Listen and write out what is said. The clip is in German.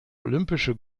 olympische